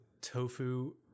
tofu